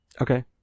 okay